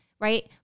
right